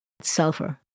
sulfur